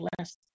last